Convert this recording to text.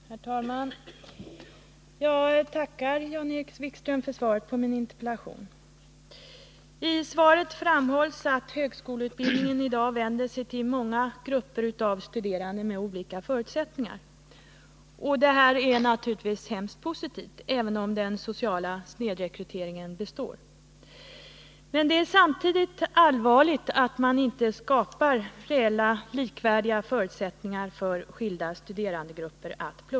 Herr talman! Jag tackar Jan-Erik Wikström för svaret på min interpellation. I svaret framhålls att högskoleutbildningen i dag vänder sig till många grupper av studerande med olika förutsättningar. Detta är naturligtvis mycket positivt, även om den sociala snedrekryteringen består. Men det är samtidigt allvarligt att man inte skapar reella, likvärdiga förutsättningar för studier när det gäller skilda studerandegrupper.